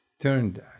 turned